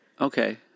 Okay